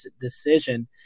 decision